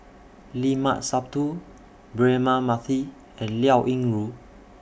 Limat Sabtu Braema Mathi and Liao Yingru